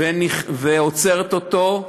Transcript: ועוצרת אותו,